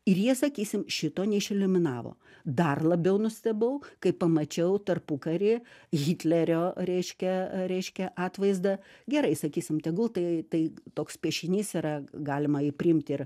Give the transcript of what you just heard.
ir jie sakysim šito neišeliminavo dar labiau nustebau kai pamačiau tarpukary hitlerio reiškia reiškia atvaizdą gerai sakysim tegul tai tai toks piešinys yra galima jį priimti ir